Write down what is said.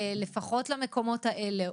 לפחות למקומות האלה,